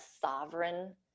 sovereign